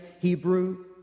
Hebrew